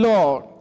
Lord